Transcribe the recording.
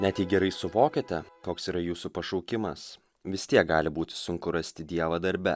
net jį gerai suvokiate koks yra jūsų pašaukimas vis tiek gali būti sunku rasti dievą darbe